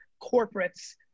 corporates